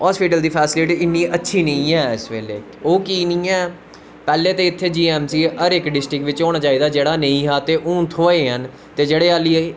hospital दी facility इन्नी अच्छी नेई ऐ इसलै ओह् की नी ऐ पैह्लें ते इत्थें जी ऐम सी हर इक डिस्टिक बिच्च होना चाही दा जेह्ड़ा नेंई हा ते हून थ्होए न ते जेह्ड़े हाली